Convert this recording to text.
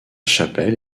chapelle